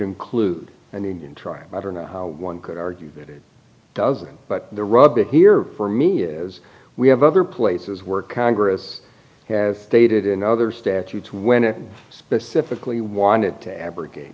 include an indian tribe i don't know how one could argue that it doesn't but the rub here for me is we have other places where congress have stated in other statutes when it specifically wanted to abrogate